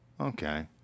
okay